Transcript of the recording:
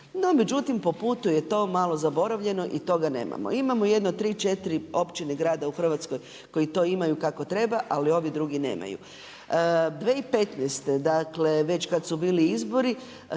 međutim, po putu je to malo zaboravljeno i toga nemamo. Imamo jedno tri, četiri općine, grada u Hrvatskoj koji to imaju kako treba, ali ovi drugi nemaju. 2015. dakle već kad su bili izbori